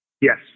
Yes